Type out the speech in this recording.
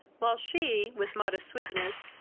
while she, with modest sweetness,